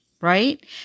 right